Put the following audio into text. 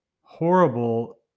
Horrible